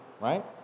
right